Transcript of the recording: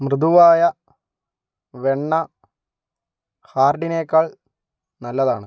മൃദുവായ വെണ്ണ ഹാർഡിനേക്കാൾ നല്ലതാണ്